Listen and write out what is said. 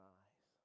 eyes